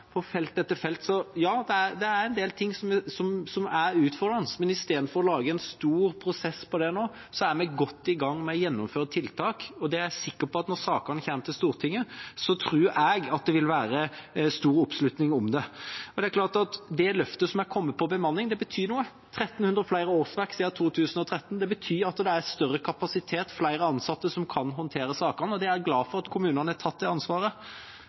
på felt etter felt – at det er en del ting som er utfordrende, men i stedet for å lage en stor prosess på det nå, er vi godt i gang med å gjennomføre tiltak. Når sakene kommer til Stortinget, tror jeg det vil være stor oppslutning om dem. Det er klart at det løftet som er kommet om bemanning, betyr noe. 1 300 flere årsverk siden 2013 betyr at det er større kapasitet, flere ansatte som kan håndtere sakene, og jeg er glad for at kommunene har tatt det ansvaret.